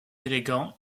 élégant